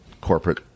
corporate